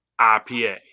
IPA